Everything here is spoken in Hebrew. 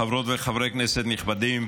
חברות וחברי כנסת נכבדים,